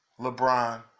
LeBron